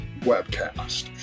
webcast